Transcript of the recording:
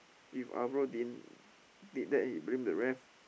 if Alvaro didn't did that he blame the ref